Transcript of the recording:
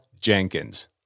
Jenkins